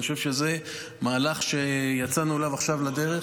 אני חושב שזה מהלך שיצאנו אליו עכשיו לדרך.